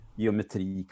geometri